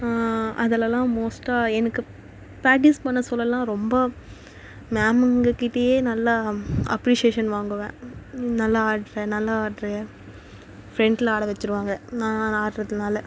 அதிலலாம் மோஸ்ட்டாக எனக்கு ப்ராக்டிஸ் பண்ண சொல்லலாம் ரொம்ப மேமுங்கக்கிட்டயே நல்லா அப்ரிஸேஷன் வாங்குவேன் நல்லா ஆடுற நல்லா ஆடுற ஃப்ரண்ட்ல ஆட வச்சிடுவாங்க நான் ஆடுறதுனால